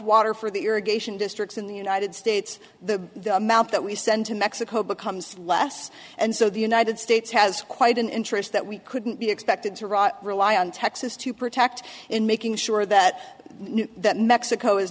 water for the irrigation districts in the united states the amount that we send to mexico becomes less and so the united states has quite an interest that we couldn't be expected to rot rely on texas to protect in making sure that that mexico is